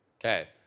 Okay